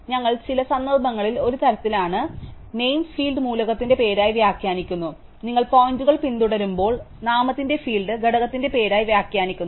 അതിനാൽ ഞങ്ങൾ ചില സന്ദർഭങ്ങളിൽ ഒരു തരത്തിലാണ് ഞങ്ങൾ നെയിം ഫീൽഡ് മൂലകത്തിന്റെ പേരായി വ്യാഖ്യാനിക്കുന്നു നിങ്ങൾ പോയിന്ററുകൾ പിന്തുടരുമ്പോൾ നാമത്തിന്റെ ഫീൽഡ് ഘടകത്തിന്റെ പേരായി ഞങ്ങൾ വ്യാഖ്യാനിക്കുന്നു